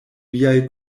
viaj